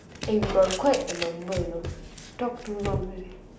eh we got quite a number you know talk too long already